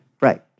Right